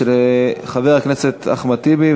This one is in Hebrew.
של חבר הכנסת אחמד טיבי.